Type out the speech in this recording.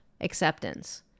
acceptance